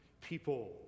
people